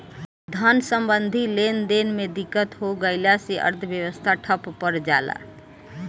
धन सम्बन्धी लेनदेन में दिक्कत हो गइला से अर्थव्यवस्था ठप पर जला